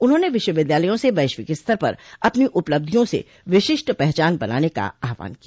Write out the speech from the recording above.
उन्हाने विश्वविद्यालयों से वैश्विक स्तर पर अपनी उपलब्धियों से विशिष्ट पहचान बनाने का आहवान किया